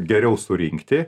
geriau surinkti